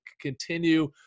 continue